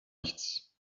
nichts